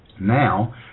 Now